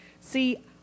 See